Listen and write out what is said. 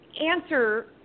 answer